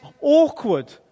awkward